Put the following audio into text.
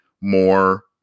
more